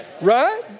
right